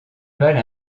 valent